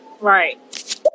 right